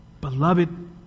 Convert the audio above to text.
Beloved